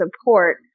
support